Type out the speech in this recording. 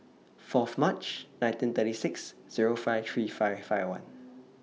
Fourth March nineteen thirty six Zero five three five five one